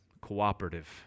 cooperative